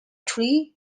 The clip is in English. three